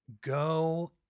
go